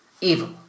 Evil